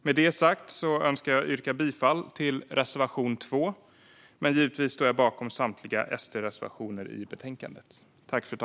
Med detta sagt önskar jag yrka bifall till reservation 2, men givetvis står jag bakom samtliga SD-reservationer i betänkandet.